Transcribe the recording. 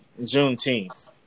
Juneteenth